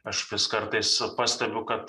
aš vis kartais pastebiu kad